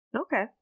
Okay